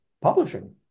publishing